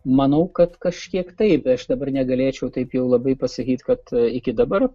manau kad kažkiek taip aš dabar negalėčiau taip jau labai pasakyti kad iki dabar